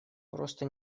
просто